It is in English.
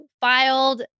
filed